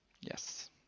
Yes